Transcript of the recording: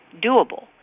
doable